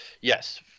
Yes